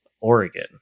Oregon